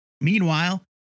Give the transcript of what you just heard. Meanwhile